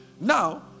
Now